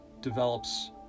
develops